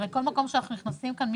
הרי כל מקום שאנחנו נכנסים אליו,